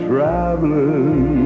Traveling